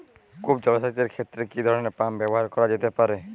কূপ জলসেচ এর ক্ষেত্রে কি ধরনের পাম্প ব্যবহার করা যেতে পারে?